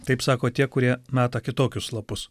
taip sako tie kurie mato kitokius lapus